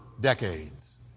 decades